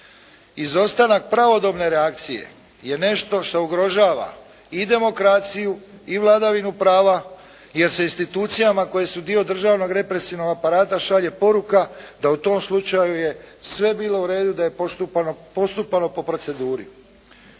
Izostanak pravodobne reakcije je nešto što ugrožava i demokraciju i vladavinu prava jer se institucijama koje su dio državnog represivnog aparata šalje poruka da u tom slučaju je sve bilo u redu, da je postupano po proceduri.